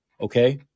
okay